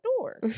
door